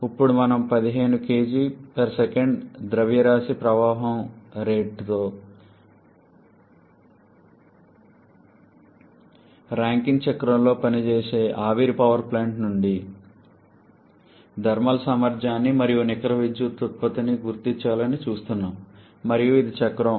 ఇక్కడ మనము 15 kgs ద్రవ్యరాశి ప్రవాహం రేటుతో ర్యాంకైన్ చక్రంలో పనిచేసే ఆవిరి పవర్ ప్లాంట్ నుండి థర్మల్ సామర్థ్యాన్ని మరియు నికర విద్యుత్ ఉత్పత్తిని గుర్తించాలని చూస్తున్నాము మరియు ఇది చక్రం